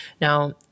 Now